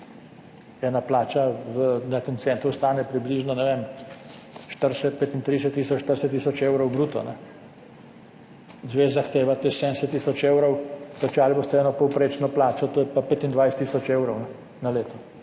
Ena plača v nekem centru stane približno, ne vem, 40, 35. tisoč, 40 tisoč evrov bruto. Dve zahtevate, 70 tisoč evrov, plačali boste eno povprečno plačo, to je pa 25 tisoč evrov na leto.